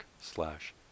slash